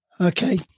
Okay